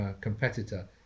competitor